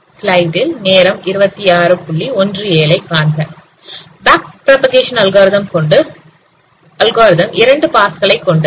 back propagation algorithm இரண்டு pass கள் கொண்டது